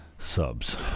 Subs